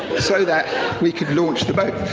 so that we could launch the boat.